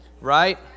right